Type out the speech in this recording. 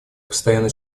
постоянный